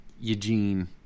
Eugene